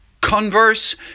converse